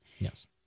Yes